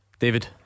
David